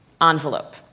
envelope